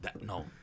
No